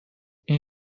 این